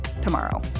tomorrow